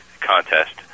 contest